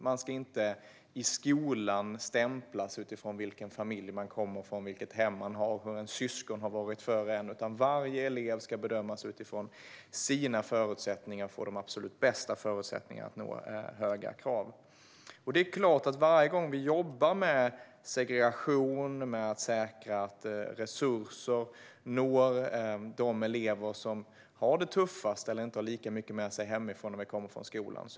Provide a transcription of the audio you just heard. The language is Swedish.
Man ska inte i skolan stämplas utifrån vilken familj man kommer ifrån, vilket hem man har eller hur ens syskon har varit före en, utan varje elev ska bedömas utifrån sina förutsättningar och få de absolut bästa förutsättningarna för att uppnå höga resultat. Det är klart att det är extremt viktigt att ha med det perspektivet varje gång vi jobbar med segregation och med att säkra att resurser når de elever som har det tuffast eller inte har lika mycket med sig hemifrån när de kommer till skolan.